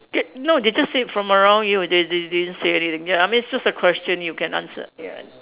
get no they just say from around you they they they didn't say anything ya I mean it's just a question you can answer ya